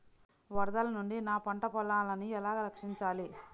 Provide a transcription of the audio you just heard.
వరదల నుండి నా పంట పొలాలని ఎలా రక్షించాలి?